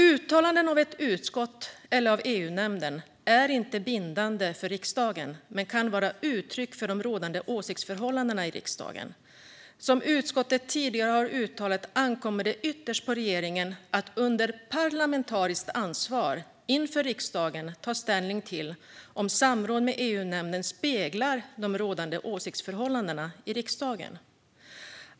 Uttalanden av ett utskott eller EU-nämnden är inte bindande för regeringen men kan vara ett uttryck för de rådande åsiktsförhållandena i riksdagen. Som utskottet tidigare har uttalat ankommer det ytterst på regeringen att under parlamentariskt ansvar inför riksdagen ta ställning till om samråd med EU-nämnden speglar de rådande åsiktsförhållandena i riksdagen.